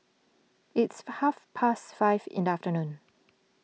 it is half past five in the afternoon